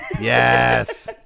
Yes